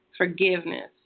Forgiveness